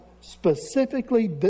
specifically